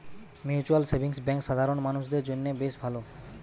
mutual savings bank সাধারণ মানুষদের জন্য বেশ ভালো